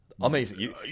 Amazing